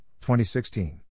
2016